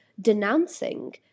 denouncing